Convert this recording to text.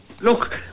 look